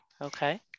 okay